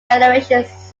generations